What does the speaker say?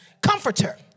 Comforter